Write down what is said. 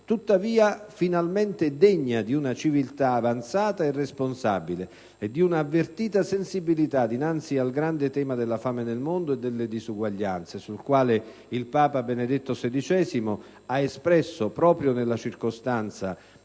tuttavia finalmente degna di una civiltà avanzata e responsabile e di una avvertita sensibilità dinanzi al grande tema della fame nel mondo e delle disuguaglianze, sul quale il Papa Benedetto XVI ha espresso un severo monito proprio nel